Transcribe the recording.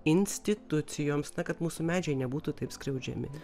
institucijoms kad mūsų medžiai nebūtų taip skriaudžiami